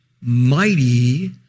mighty